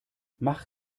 mach